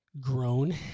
grown